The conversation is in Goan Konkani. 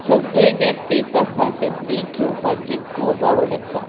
सगळें जे पीक आसा ते पीक घेवपाची खूब आवड आसा